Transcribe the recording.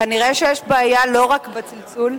כנראה שיש בעיה לא רק בצלצול,